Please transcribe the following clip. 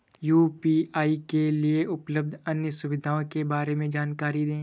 UPI के लिए उपलब्ध अन्य सुविधाओं के बारे में जानकारी दें?